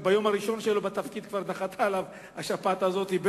ביום הראשון שלו בתפקיד נחתה עליו השפעת הזאת, זה